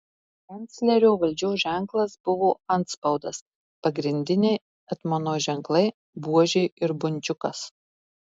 kanclerio valdžios ženklas buvo antspaudas pagrindiniai etmono ženklai buožė ir bunčiukas